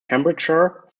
cambridgeshire